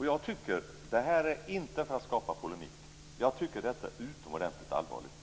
Jag tycker - och det är inte för att skapa polemik - att detta är utomordentligt allvarligt.